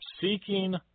seeking